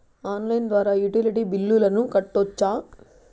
Online ద్వారా utility బిల్లులను కట్టొచ్చా?